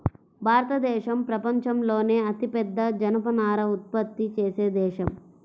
భారతదేశం ప్రపంచంలోనే అతిపెద్ద జనపనార ఉత్పత్తి చేసే దేశం